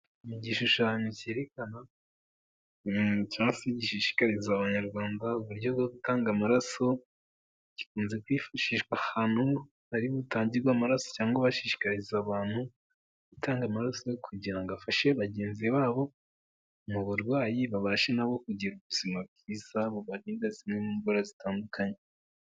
Ni igishushanyo cyerekana cyangwa se gishishikariza abanyarwanda uburyo bwo gutanga amaraso, gikunze kwifashishwa ahantu hari butangirwe amaraso cyangwa bashishikariza abantu gutanga amaraso kugira ngo afashe bagenzi babo mu burwayi, babashe na bo kugira ubuzima bwiza, bubarinda zimwe mu ndwara zitandukanye.